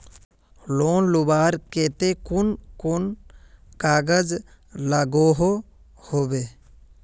Loan लुबार केते कुन कुन कागज लागोहो होबे?